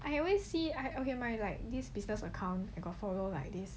I always see okay like my this business account